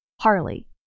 Harley